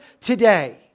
today